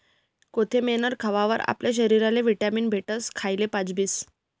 कोथमेर खावावर आपला शरीरले व्हिटॅमीन भेटस, खायेल पचसबी